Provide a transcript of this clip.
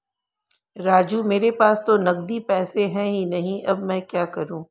राजू मेरे पास तो नगदी पैसे है ही नहीं अब मैं क्या करूं